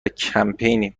کمپینی